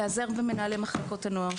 אז להיעזר במנהלי מחלקות הנוער,